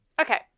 Okay